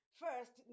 first